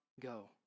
Go